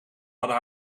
hadden